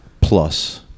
plus